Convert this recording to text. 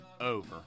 over